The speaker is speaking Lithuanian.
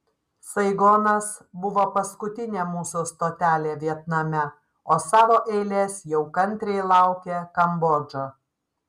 saigonas buvo paskutinė mūsų stotelė vietname o savo eilės jau kantriai laukė kambodža